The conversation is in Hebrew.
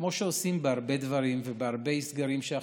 כמו שעושים בהרבה דברים ובהרבה סגרים שיש